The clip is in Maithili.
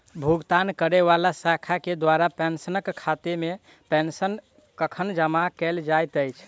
भुगतान करै वला शाखा केँ द्वारा पेंशनरक खातामे पेंशन कखन जमा कैल जाइत अछि